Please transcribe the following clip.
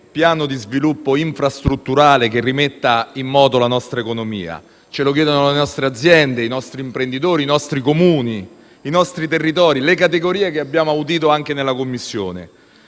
piano di sviluppo infrastrutturale che rimetta in moto la nostra economia. Ce lo chiedono le nostre aziende, i nostri imprenditori, i nostri Comuni, i nostri territori e le categorie che abbiamo audito in Commissione.